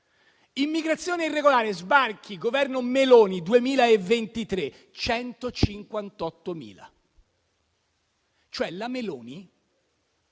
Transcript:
Immigrazione irregolare, sbarchi, Governo Meloni, 2023: 158.000. Cioè la Meloni